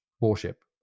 warship